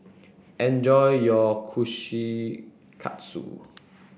enjoy your Kushikatsu